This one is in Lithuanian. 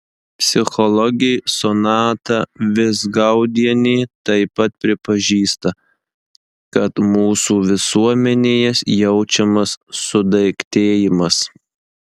psichologė sonata vizgaudienė taip pat pripažįsta kad mūsų visuomenėje jaučiamas sudaiktėjimas